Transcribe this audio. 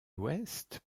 ouest